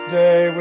day